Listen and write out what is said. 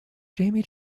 jamie